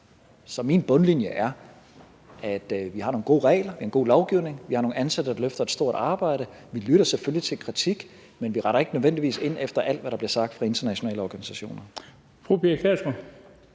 Så min bundlinje er, at vi har nogle gode regler og en god lovgivning, og at vi har nogle ansatte, der løfter et stort arbejde. Vi lytter selvfølgelig til kritik, men vi retter ikke nødvendigvis ind efter alt, hvad der bliver sagt fra internationale organisationer.